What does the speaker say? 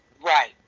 right